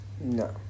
No